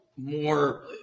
more